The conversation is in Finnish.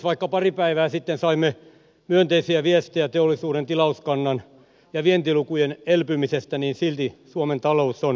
vaikka pari päivää sitten saimme myönteisiä viestejä teollisuuden tilauskannan ja vientilukujen elpymisestä silti suomen talous on kriisissä